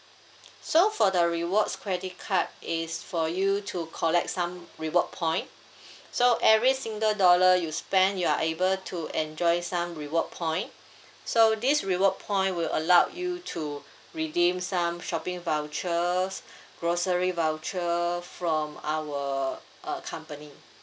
so for the rewards credit card is for you to collect some reward point so every single dollar you spend you are able to enjoy some reward point so this reward point will allow you to redeem some shopping vouchers for grocery voucher from our uh company